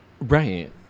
Right